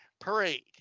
parade